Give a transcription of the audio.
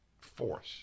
force